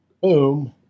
Boom